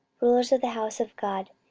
rulers of the house of god,